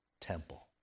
temple